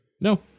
No